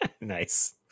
Nice